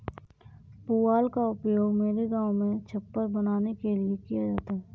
पुआल का उपयोग मेरे गांव में छप्पर बनाने के लिए किया जाता है